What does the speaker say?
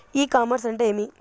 ఇ commerce అంటే ఏమి?